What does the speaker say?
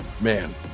man